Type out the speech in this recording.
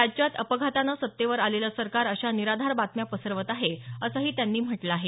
राज्यात अपघातानं सत्तेवर आलेलं सरकार अशा निराधार बातम्या पसरवत आहे असंही त्यांनी म्हटलं आहे